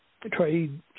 trade